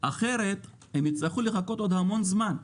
אחרת הם יצטרכו לחכות עוד המון זמן.